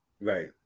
Right